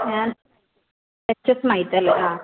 ഞാൻ എച്ച് എച്ച് മൈറ്റ് അല്ലേ ആ